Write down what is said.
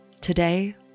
Today